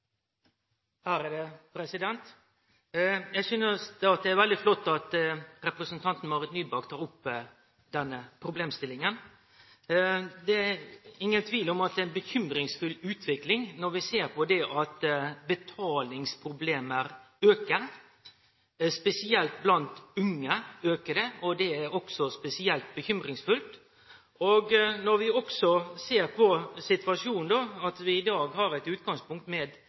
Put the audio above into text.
det er veldig flott at representanten Marit Nybakk tek opp denne problemstillinga. Det er ingen tvil om at det er ei bekymringsfull utvikling når vi ser at talet på dei med betalingsproblem aukar. Spesielt blant unge aukar det – og det er også spesielt bekymringsfullt. Når vi også ser på situasjonen der vi i dag har eit utgangspunkt med